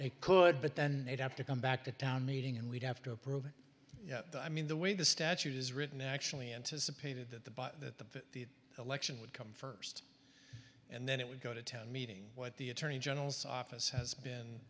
they could but then they'd have to come back to town meeting and we'd have to approve it i mean the way the statute is written actually anticipated that the election would come first and then it would go to town meeting what the attorney general's office has been